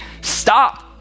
stop